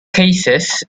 cases